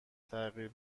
تغییر